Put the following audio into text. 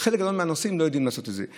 חלק גדול מהנוסעים לא יודעים לעשות את זה.